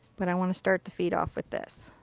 but i want to start the feet off with this.